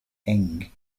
inge